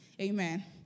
Amen